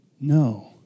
No